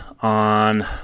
on